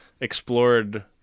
Explored